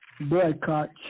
boycott